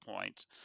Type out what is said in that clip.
point